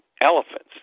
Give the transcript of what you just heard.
elephants